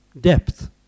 depth